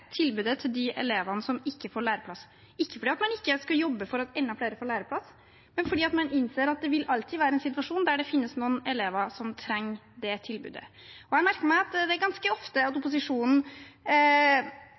tilbudet til de elevene som ikke får læreplass – ikke fordi man ikke skal jobbe for at enda flere får læreplass, men fordi man innser at det alltid vil være en situasjon der det finnes noen elever som trenger det tilbudet. Jeg merker meg at opposisjonen ganske ofte framstiller det som at